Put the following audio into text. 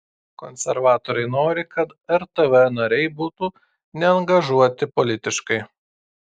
konservatoriai nori kad rtv nariai būtų neangažuoti politiškai